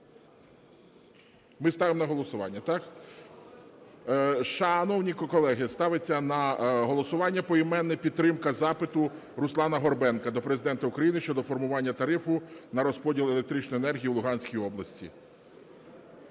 Ми ставимо на голосування. Шановні колеги, ставиться на голосування поіменне підтримка запиту Руслана Горбенка до Президента України щодо формування тарифу на розподіл електричної енергії у Луганській області.